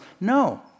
no